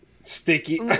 Sticky